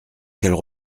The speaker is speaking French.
qu’elle